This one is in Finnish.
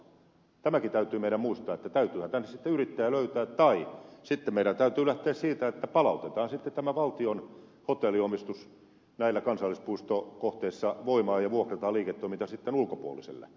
tämäkin täytyy meidän muistaa että täytyyhän tänne sitten yrittäjä löytää tai sitten meidän täytyy lähteä siitä että palautetaan sitten tämä valtion hotelliomistus näissä kansallispuistokohteissa voimaan ja vuokrataan liiketoiminta sitten ulkopuoliselle